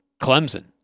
Clemson